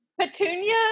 Petunia